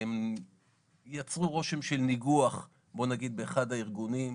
הן יצרו רושם של ניגוח באחד הארגונים.